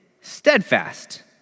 steadfast